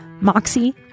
Moxie